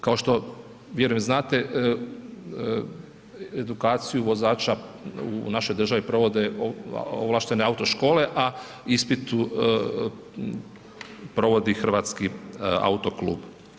Kao što vjerujem znate edukaciju vozača u našoj državi provode ovlaštene auto škole, a ispit provodi Hrvatski autoklub.